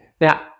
now